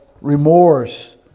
remorse